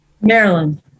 maryland